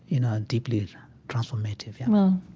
you know, deeply transformative, yeah well,